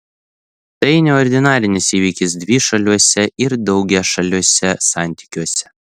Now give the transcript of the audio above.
tai neordinarinis įvykis dvišaliuose ir daugiašaliuose santykiuose